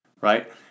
right